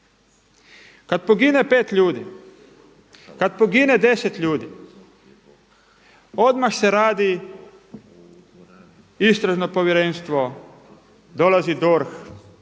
Kada pogine pet ljudi, kada pogine deset ljudi odmah se radi istražno povjerenstvo, dolazi DORH,